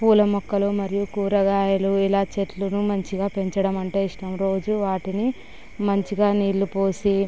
పూల మొక్కలు మరియు కూరగాయలు ఇలా చెట్లను మంచిగా పెంచడమంటే ఇష్టం రోజూ వాటికి మంచిగా నీళ్ళు పోసి